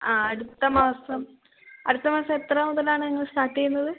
ആ അടുത്ത മാസം അടുത്ത മാസം എത്ര മുതലാണ് നിങ്ങൾ സ്റ്റാർട്ട് ചെയ്യുന്നത്